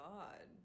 God